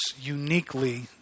uniquely